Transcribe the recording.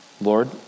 Lord